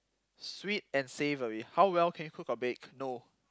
sweet and savoury how well can you cook or bake no